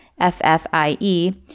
FFIE